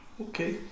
Okay